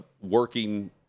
working